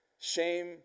Shame